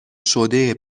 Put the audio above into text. شده